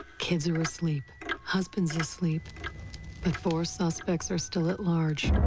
kids are asleep husband's asleep but four suspects are still at large.